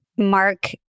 mark